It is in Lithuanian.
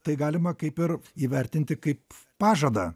tai galima kaip ir įvertinti kaip pažadą